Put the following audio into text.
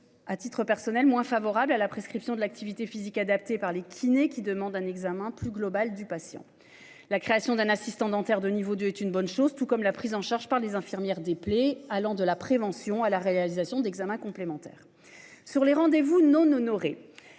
À titre personnel moins favorable à la prescription de l'activité physique adaptée par les kinés qui demande un examen plus globale du patient. La création d'un assistant dentaire de niveau 2 est une bonne chose, tout comme la prise en charge par les infirmières déplaît allant de la prévention à la réalisation d'examens complémentaires sur les rendez-vous non honorés.